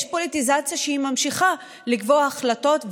יש פוליטיזציה שממשיכה לקבוע החלטות,